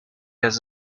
has